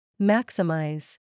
Maximize